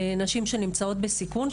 נשים שנמצאות בסיכון,